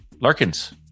Larkins